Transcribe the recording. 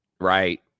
right